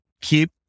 keep